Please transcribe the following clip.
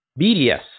BDS